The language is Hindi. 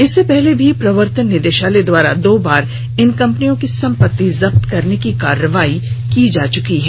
इससे पहले भी प्रवर्तन निदेशालय द्वारा दो बार इन कंपनियों की संपत्ति जब्त करने की कार्रवाई की जा चुकी है